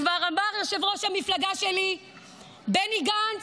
כבר אמר ראש המפלגה שלי בני גנץ,